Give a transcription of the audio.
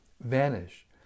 vanish